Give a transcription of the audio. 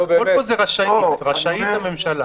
זה מכוסה.